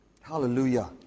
Hallelujah